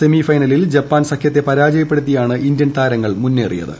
semi ഫൈനലിൽ Japan സഖ്യത്തെ പരാജയപ്പെടുത്തിയാണ് ഇന്ത്യൻ താരങ്ങൾ മുന്നേറിയത്